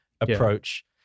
approach